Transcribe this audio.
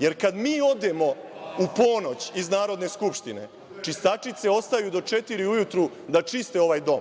Jer kad mi odemo u ponoć iz Narodne skupštine, čistačice ostaju do četiri ujutru da čiste ovaj dom,